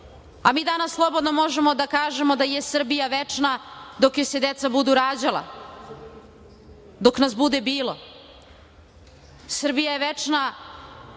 Mi danas slobodno možemo da kažemo da je Srbija večna dok joj se deca budu rađala, dok nas bude bilo. Srbija je večna